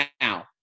Now